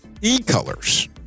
e-colors